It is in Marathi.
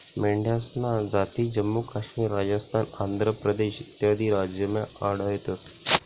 मेंढ्यासन्या जाती जम्मू काश्मीर, राजस्थान, आंध्र प्रदेश इत्यादी राज्यमा आढयतंस